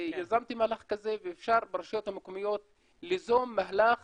יזמתי מהלך כזה ואפשר ברשויות המקומיות ליזום מהלך